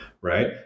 right